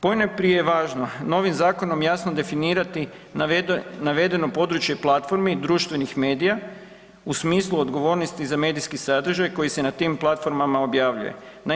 Ponajprije je važno novim zakonom jasno definirati navedeno područje platformi društvenih medija u smislu odgovornost za medijske sadržaje koji se na tim platformama objavljuje.